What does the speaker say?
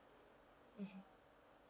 mmhmm